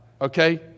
okay